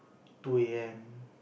two a_m